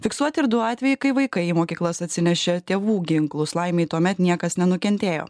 fiksuoti ir du atvejai kai vaikai į mokyklas atsinešė tėvų ginklus laimei tuomet niekas nenukentėjo